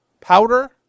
powder